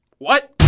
what?